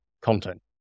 content